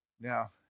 Now